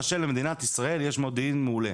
ברוך השם למדינת ישראל יש מודיעין מעולה.